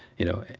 you know.